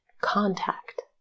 contact